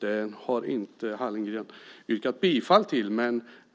Den har Hallengren inte yrkat bifall till.